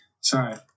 sorry